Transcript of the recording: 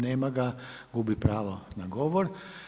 Nema ga, gubi pravo na govor.